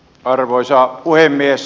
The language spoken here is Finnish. arvoisa puhemies